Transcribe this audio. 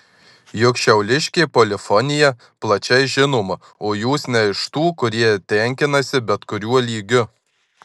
juk šiauliškė polifonija plačiai žinoma o jūs ne iš tų kurie tenkinasi bet kuriuo lygiu